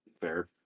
fair